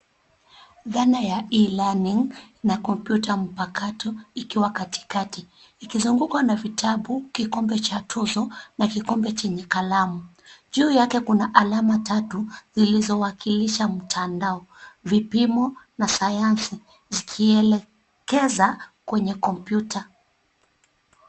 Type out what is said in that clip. Dhana ya e-learning na kompyuta mpakato ikiwa katikati ikizungukwa na vitabu, kikombe cha tuzo na kikombe chenye kalamu. Juu yake kuna alama tatu ilizowakilisha mtandao, vipimo na sayansi zikielekeza kwenye kompyuta.